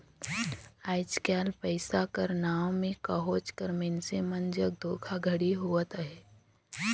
आएज काएल पइसा कर नांव में कहोंच कर मइनसे मन जग धोखाघड़ी होवत अहे